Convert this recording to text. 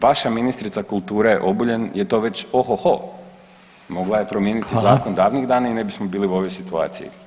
Vaša ministrica kulture Obuljen je to već ohoho, mogla je promijeniti zakon davnih dana i ne bismo bili u ovoj situaciji.